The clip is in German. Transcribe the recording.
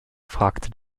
fragte